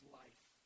life